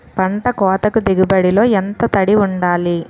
పంట కోతకు దిగుబడి లో ఎంత తడి వుండాలి?